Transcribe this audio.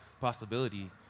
possibility